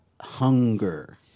hunger